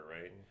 right